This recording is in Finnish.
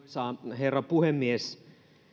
herra puhemies